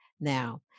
now